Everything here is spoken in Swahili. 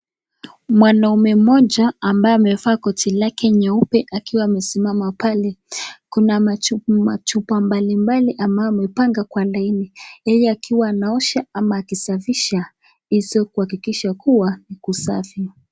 Mwanaume mmoja, ambaye amevaa koti lake nyeupe, akiwa amesimama pale, kuna machu, machupa mbali mbali ambayo amepanga kwa laini, yeye akiwa anaosha, ama kusafisha, izo, kuhakikisha kuwa, ni kusafi.